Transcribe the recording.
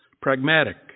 Pragmatic